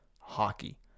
hockey